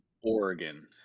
Oregon